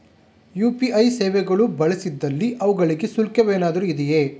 UPI ಸೇವೆಗಳು ಬಳಸಿದಲ್ಲಿ ಅವುಗಳಿಗೆ ಶುಲ್ಕವೇನಾದರೂ ಇದೆಯೇ?